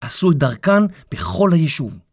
עשו את דרכן בכל היישוב.